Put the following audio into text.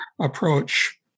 approach